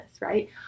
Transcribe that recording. right